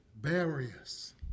Barriers